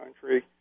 country